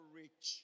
rich